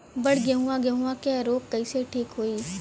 बड गेहूँवा गेहूँवा क रोग कईसे ठीक होई?